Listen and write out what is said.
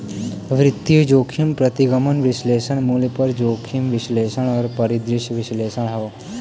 वित्तीय जोखिम प्रतिगमन विश्लेषण, मूल्य पर जोखिम विश्लेषण और परिदृश्य विश्लेषण हौ